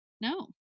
no